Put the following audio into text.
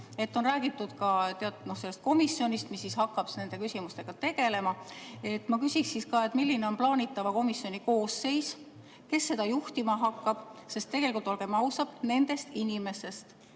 On räägitud ka komisjonist, mis hakkab nende küsimustega tegelema. Ma küsiksin siis ka seda, milline on plaanitava komisjoni koosseis ja kes seda juhtima hakkab, sest tegelikult, olgem ausad, nendest inimestest